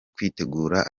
kwitegura